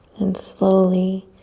and slowly,